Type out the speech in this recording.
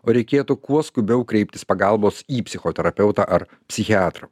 o reikėtų kuo skubiau kreiptis pagalbos į psichoterapeutą ar psichiatrą